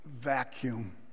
vacuum